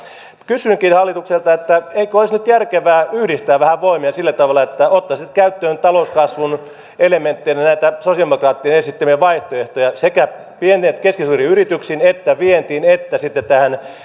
kysynkin hallitukselta eikö olisi nyt järkevää yhdistää vähän voimia sillä tavalla että ottaisitte käyttöön talouskasvun elementteinä näitä sosialidemokraattien esittämiä vaihtoehtoja sekä pieniin ja keskisuuriin yrityksiin vientiin että sitten tähän